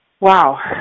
wow